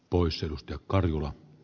poissa ja karjula